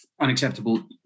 unacceptable